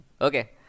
Okay